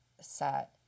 set